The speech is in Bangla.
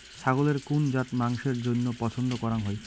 ছাগলের কুন জাত মাংসের জইন্য পছন্দ করাং হই?